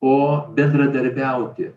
o bendradarbiauti